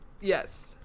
Yes